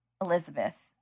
Elizabeth